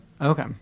Okay